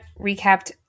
recapped